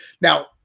Now